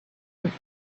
was